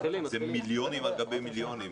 זה מיליונים על גבי מיליונים.